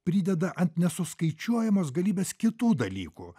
prideda ant nesuskaičiuojamos galybės kitų dalykų